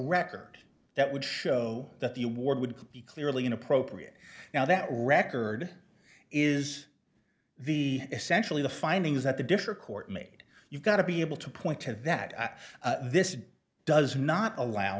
record that would show that the award would be clearly inappropriate now that record is the essentially the findings that the differ court made you've got to be able to point to that this does not allow